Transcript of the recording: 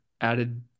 added